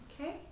Okay